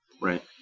Right